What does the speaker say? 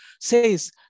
says